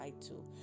title